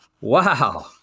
wow